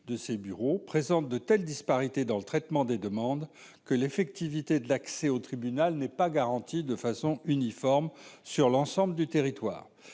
de ces bureaux présente de telles disparités dans le traitement des demandes que l'effectivité de l'accès au tribunal n'est pas garantie de façon uniforme sur l'ensemble du territoire